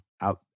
out